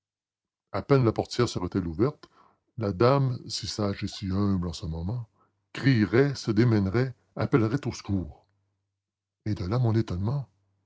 à peine la portière serait-elle ouverte la dame si sage et si humble en ce moment crierait se démènerait appellerait au secours et de là mon étonnement